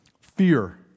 fear